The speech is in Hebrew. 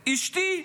אשתי.